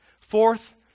Fourth